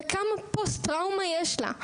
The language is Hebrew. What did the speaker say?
וכמה פוסט טראומה יש לה,